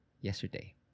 yesterday